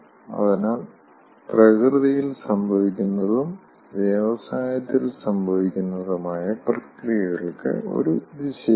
അതിനാൽ പ്രകൃതിയിൽ സംഭവിക്കുന്നതും വ്യവസായത്തിൽ സംഭവിക്കുന്നതുമായ പ്രക്രിയകൾക്ക് ഒരു ദിശയുണ്ട്